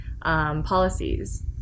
policies